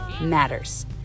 matters